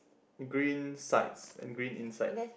green sides and green inside